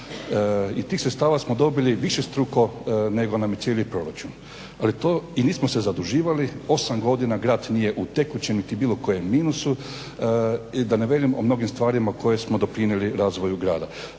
I tih sredstava smo dobili višestruko nego nam je cijeli proračun i nismo se zaduživali. 8 godina grad nije u tekućem i bilo kojem minusu i da ne velim o mnogim stvarima koje smo doprinijeli razvoju grada.